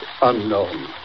unknown